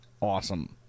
awesome